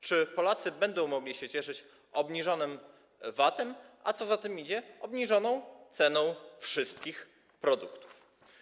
Czy Polacy będą mogli się cieszyć obniżonym VAT-em, a co za tym idzie, obniżoną ceną wszystkich produktów?